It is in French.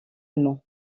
allemand